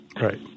Right